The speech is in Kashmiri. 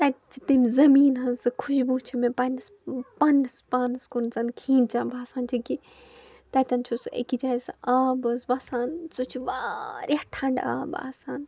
تَتِچہِ تٔمۍ زمیٖن ہٕنٛزۍ سٕہ خشبو چھِ مےٚ پننِس پننِس پانس کُن زن کھیٖنٛچان باسان چھُ کہِ تَتٮ۪ن چھُ سُہ أکِس جاے سَہ آب حظ وَسان سُہ چھُ وارِیاہ ٹھنٛڑ آب آسان